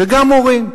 וגם מורים.